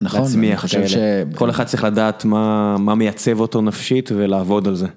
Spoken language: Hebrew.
נכון. כל אחד צריך לדעת מה מייצב אותו נפשית ולעבוד על זה.